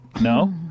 No